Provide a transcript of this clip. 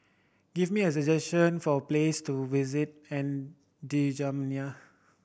give me suggestion for place to visit N'Djamena